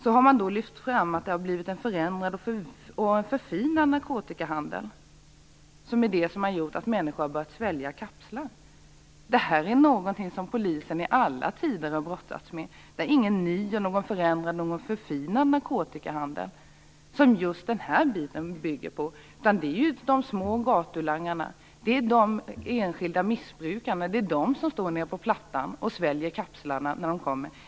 Man har då lyft fram att det har blivit en förändrad och förfinad narkotikahandel, och att det är detta som har gjort att människor har börjat svälja kapslar. Men det här har polisen i alla tider brottats med. Det är inte någon ny, förändrad och förfinad narkotikahandel som just den här biten bygger på. Det är de små gatulangarna och de enskilda missbrukarna på Plattan som sväljer kapslarna när polisen kommer.